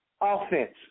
offense